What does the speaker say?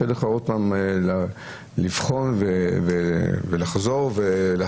שיהיה לך עוד פעם לבחון ולחזור ולהחליט